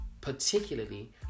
particularly